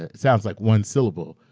ah sounds like one syllable,